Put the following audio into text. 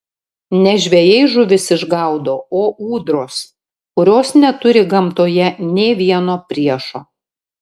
ne žvejai žuvis išgaudo o ūdros kurios neturi gamtoje nė vieno priešo